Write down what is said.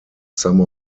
some